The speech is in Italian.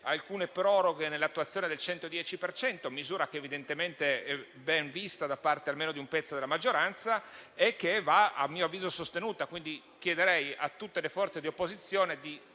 alcune proroghe nell'attuazione del superbonus 110 per cento, misura che evidentemente è ben vista da parte almeno di un pezzo della maggioranza e che - a mio avviso - va sostenuta. Chiederei dunque a tutte le forze di opposizione di